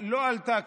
לא עלתה,